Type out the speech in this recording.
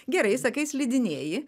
gerai sakai slidinėji